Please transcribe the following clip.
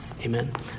Amen